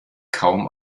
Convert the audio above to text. kaum